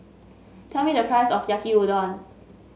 tell me the price of Yaki Udon